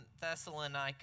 Thessalonica